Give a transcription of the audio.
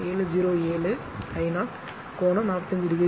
707 I 0 கோணம் 45 degree இருக்கும்